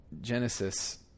Genesis